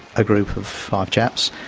a group of five chaps,